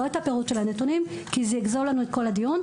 לא פירוט של נתונים כי זה יגזול לנו את כל הדיון.